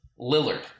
Lillard